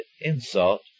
insult